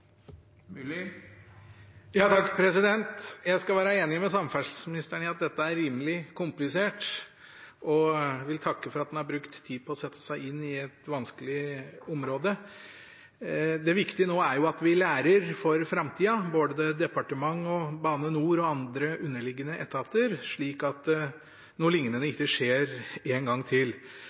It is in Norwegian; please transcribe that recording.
Jeg skal være enig med samferdselsministeren i at dette er rimelig komplisert, og jeg vil takke for at han har brukt tid på å sette seg inn i et vanskelig område. Det viktige nå er at vi lærer for framtida, både departementet, Bane NOR og andre underliggende etater, slik at noe liknende ikke skjer en gang til.